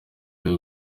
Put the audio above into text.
ari